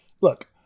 look